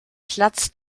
platz